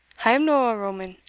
i am no a roman,